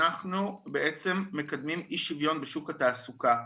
אנחנו בעצם מקדמים אי שוויון בשוק התעסוקה.